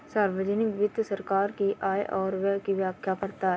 सार्वजिक वित्त सरकार की आय और व्यय की व्याख्या करता है